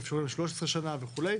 13 שנה וכו'.